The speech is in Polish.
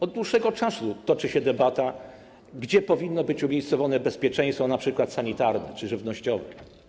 Od dłuższego czasu toczy się debata, gdzie powinno być umiejscowione bezpieczeństwo np. sanitarne czy żywnościowe.